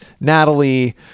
Natalie